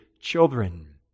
children